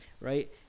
right